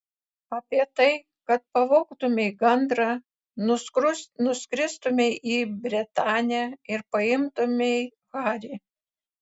apie tai kad pavogtumei gandrą nuskristumei į bretanę ir paimtumei harį